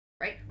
right